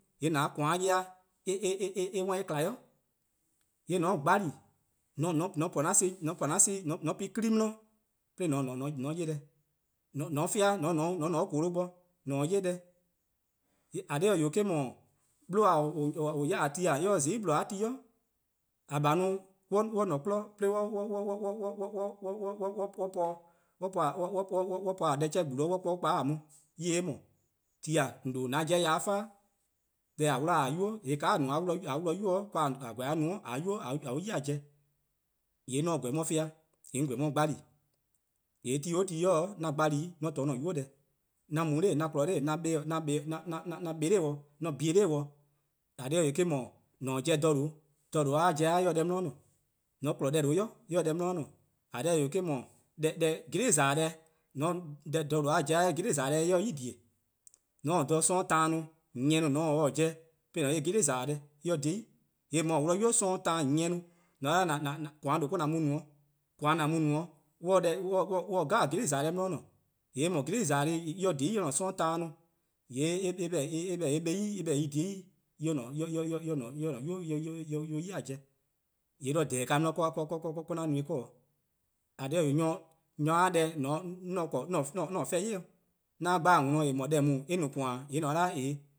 :Yee' an :koan 'ye-eh eh :kma 'i. :yee' :mor :on 'gbali on po :an son+ :on po-ih 'kpa 'di 'de 'de :an 'ye deh, :mor :on fean' :on :ne 'de :kolo bo :yee' :an 'ye deh, :eh :korn dhih eh 'wee', eh-: 'dhu, 'bluhba: :or 'ya-a ti :daa eh :se :zai' :bluhba-a' ti 'i, :a :bai' on :ne 'kmo 'de 'da an po 'de :a deh chean' gbu 'zorn 'de an 'kpa 'de :a on eh :se eh :mor, ti :daa an 'jeh-a ya-dih faa', deh :a 'wluh-a 'nynuu: :yee' :ka :a no-a 'de :a 'wluh-a 'nynuu: :yee' :kaa :a no :a :korn :a 'ye no 'nynuu: :a 'ye-uh ya pobo:, :yee' 'on se :korn 'on 'ye fean', 'an :korn 'on 'ye gbali:, :yee' ti 'o ti 'an gbali-' 'an :to-dih 'an-a' 'nynuu: deh, 'an mu 'noror', 'an kpon 'noror' ga-dih 'nor for :daa bo, 'an bleh-dih 'nor :yor :daa bo, 'an-a' pobo: :dha :due' :dha :due' pobo-a se deh 'di :ne, :mor :on 'kpon deh :due' dih eh se deh 'di :ne, :eh korn dhih eh 'wee' pobo: :dha :due'-a 'geli' :za-dih deh eh sei' :dhie:. :mor :on taa dha 'sororn' taan nyieh 'i-a pobo, 'de :an 'ye 'geli' :za-dih deh eh dhiei'. :yee' :mor :or 'wluh-a 'nynuu: 'sororn' taan nyieh 'i :mor :on 'da :koan' :due' or-: :an mu no-', :koan :an mu-a no-' mor or se gali' :za-dih :deh 'jeh 'di :ne, :yee' eh :mor :mor geli' :za-dih :dhiei' :mor en :ne 'sororn' taan 'i, :yee' eh 'beh-dih en 'ye ;i :dhie: en 'ye :an 'nynuu: en 'ye-uh ya pobo: 'weh, eh-: :korn ka 'di 'o 'an no-dih-eh :ne 'o, :eh :korn dhih eh 'wee' nyor-a deh 'on se-a 'ble 'an dele-eh 'yi-dih, 'an dhele :on dih :eh :mor deh :daa eh :korn :koan :e? :yee' :mor :on 'da een, s